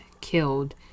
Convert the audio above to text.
killed